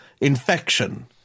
infection